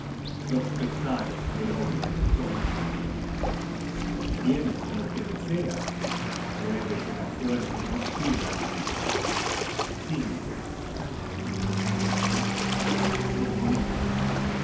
los pesares del hombre lo son tambien si obtienes lo que deseas puede que la suerte no siga lo mismo cántame palabras mágicas que me sean útiles